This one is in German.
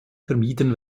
vermieden